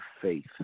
faith